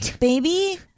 baby